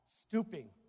stooping